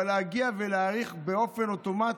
אבל להגיע ולהאריך באופן אוטומטי?